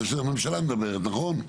זאת הממשלה מדברת, נכון?